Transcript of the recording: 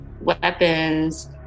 weapons